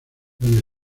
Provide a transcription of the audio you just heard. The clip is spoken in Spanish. donde